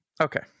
Okay